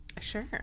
Sure